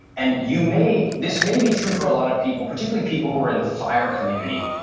and you may, this may be true for a lot of people, particularly people who are in the fire community,